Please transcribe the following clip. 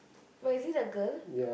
wait is it a girl